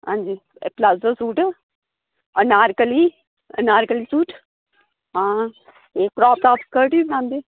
हां'जी ए palazzo suit anarkali anarkali suit हां ए क्राप टाप स्कर्ट बी बनांदे